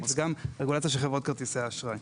ומהרגולציה של חברות כרטיסי האשראי.